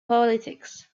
politics